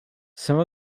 some